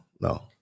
no